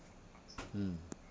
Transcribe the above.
mm